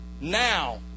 now